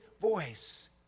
voice